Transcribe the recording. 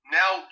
now